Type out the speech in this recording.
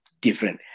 different